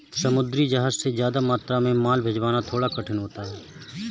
समुद्री जहाज से ज्यादा मात्रा में माल भिजवाना थोड़ा कठिन होता है